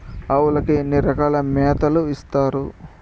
ఆవులకి ఎన్ని రకాల మేతలు ఇస్తారు?